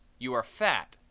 you are fat!